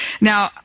Now